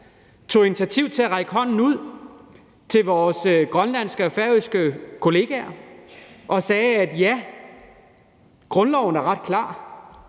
tog initiativ til at række hånden ud til vores grønlandske og færøske kolleger og sagde, at ja, grundloven er ret klar,